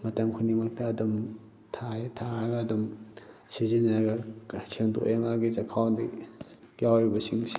ꯃꯇꯝ ꯈꯨꯗꯤꯡꯃꯛꯇ ꯑꯗꯨꯝ ꯊꯥꯏ ꯊꯥꯔꯒ ꯑꯗꯨꯝ ꯁꯤꯖꯤꯟꯅꯔꯦ ꯁꯦꯡꯗꯣꯛꯑꯦ ꯃꯥꯒꯤ ꯆꯈꯥꯎꯗ ꯌꯥꯎꯔꯤꯕꯁꯤꯡꯁꯦ